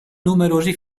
numerosi